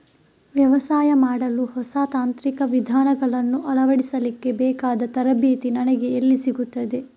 ವ್ಯವಸಾಯ ಮಾಡಲು ಹೊಸ ತಾಂತ್ರಿಕ ವಿಧಾನಗಳನ್ನು ಅಳವಡಿಸಲಿಕ್ಕೆ ಬೇಕಾದ ತರಬೇತಿ ನನಗೆ ಎಲ್ಲಿ ಸಿಗುತ್ತದೆ?